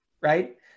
right